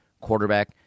quarterback